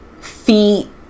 feet